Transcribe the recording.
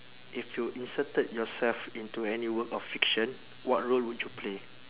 if you inserted yourself into any work of fiction what role would you play